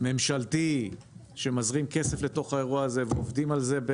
ממשלתי שמזרים כסף לתוך האירוע הזה ועובדים על זה.